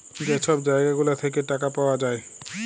যে ছব জায়গা গুলা থ্যাইকে টাকা পাউয়া যায়